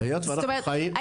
זאת אומרת,